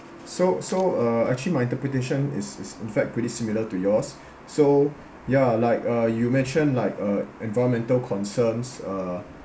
so so uh actually my interpretation is is in fact pretty similar to yours so ya like uh you mentioned like uh environmental concerns uh